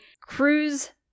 cruise